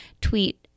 tweet